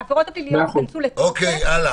העבירות הפליליות ייכנסו לתוקף רק אחרי,